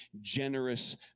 generous